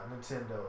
Nintendo